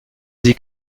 sie